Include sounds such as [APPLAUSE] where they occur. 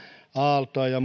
aaltoa ja [UNINTELLIGIBLE]